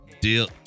deal